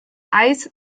eis